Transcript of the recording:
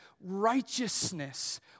righteousness